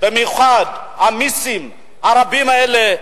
במיוחד את המסים הרבים האלה?